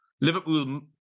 Liverpool